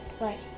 Right